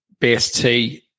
BST